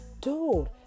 Dude